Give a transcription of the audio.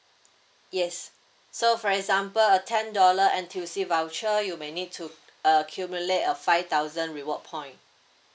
yes so for example a ten dollar N_T_U_C voucher you may need to accumulate a five thousand reward point